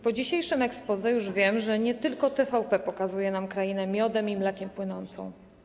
Po dzisiejszym exposé już wiem, że nie tylko TVP pokazuje nam krainę miodem i mlekiem płynącą.